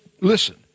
listen